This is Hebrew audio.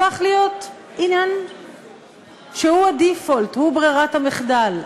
הפך להיות עניין שהוא ה-default, הוא ברירת המחדל.